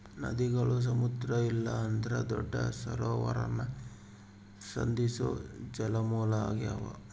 ನದಿಗುಳು ಸಮುದ್ರ ಇಲ್ಲಂದ್ರ ದೊಡ್ಡ ಸರೋವರಾನ ಸಂಧಿಸೋ ಜಲಮೂಲ ಆಗ್ಯಾವ